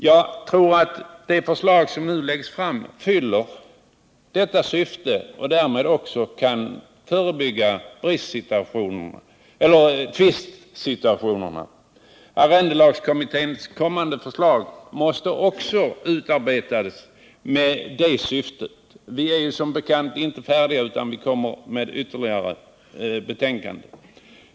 Jag tror att det förslag som nu läggs fram fyller detta syfte och därmed också kan förebygga tvistsituationer. Även arrendelagskommitténs kommande förslag måste utarbetas med detta syfte. Vi är som bekant inte färdiga utan kommer med ett ytterligare betänkande.